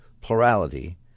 plurality